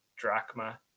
drachma